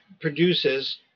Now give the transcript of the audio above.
produces